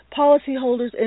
policyholders